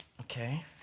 Okay